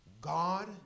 God